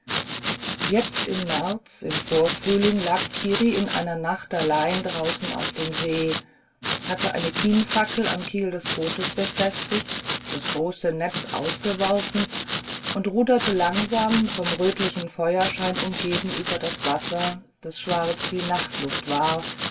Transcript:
jetzt im märz im vorfrühling lag kiri in einer nacht allein draußen auf dem see hatte eine kienfackel am kiel des bootes befestigt das große netz ausgeworfen und ruderte langsam vom rötlichen feuerschein umgeben über das wasser das schwarz wie nachtluft war